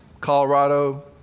Colorado